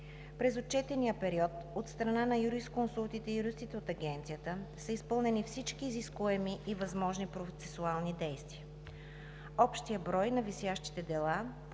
През отчетния период от страна на юрисконсултите и юристите от Агенцията са изпълнени всички изискуеми и възможни процесуални действия. Общият брой на висящите дела,